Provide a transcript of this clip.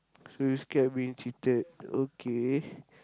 so you scared being cheated okay